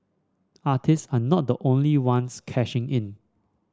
artist are not the only ones cashing in